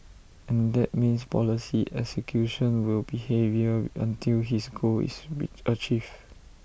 and that means policy execution will be heavier until his goal is achieved